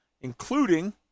including